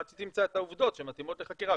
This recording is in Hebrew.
ועד שתמצא את העובדות שמתאימות לחקירה.